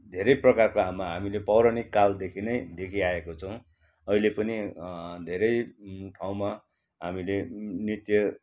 धेरै प्रकारको हाम् हामीले पौराणिक कालदेखि नै देखी आएको छौँ अहिले पनि धेरै ठाउँमा हामीले नृत्य